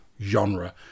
genre